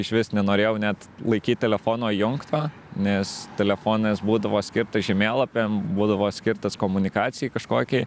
išvis nenorėjau net laikyt telefono įjungto nes telefonas būdavo skirtas žemėlapiam būdavo skirtas komunikacijai kažkokiai